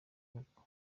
gukwa